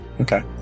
Okay